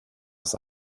aus